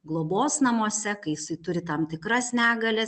globos namuose kai jisai turi tam tikras negalias